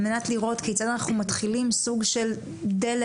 על מנת לראות כיצד אנחנו מתחילים איזה סוג של דלת,